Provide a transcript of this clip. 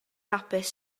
hapus